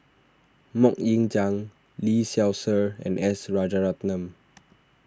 Mok Ying Jang Lee Seow Ser and S Rajaratnam